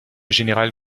général